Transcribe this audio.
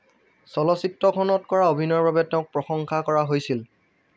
চলচ্চিত্ৰখনত কৰা অভিনয়ৰ বাবে তেওঁক প্ৰশংসা কৰা হৈছিল